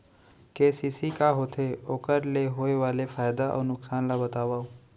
KCC का होथे, ओखर ले होय वाले फायदा अऊ नुकसान ला बतावव?